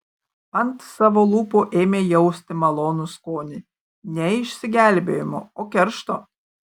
ant savo lūpų ėmė jausti malonų skonį ne išsigelbėjimo o keršto